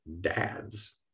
dads